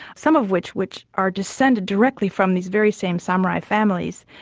some of which which are descended directly from these very same samurai families,